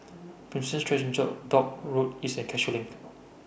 Prinsep Street Church Dock Road East and Cashew LINK